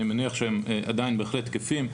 אני מניח שהם עדיין בהחלט תקפים,